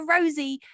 Rosie